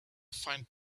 find